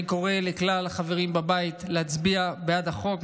אני קורא לכלל החברים בבית להצביע בעד החוק.